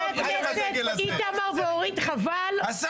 אדוני